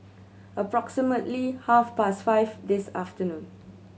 approximately half past five this afternoon